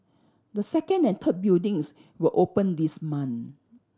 the second and third buildings will open this month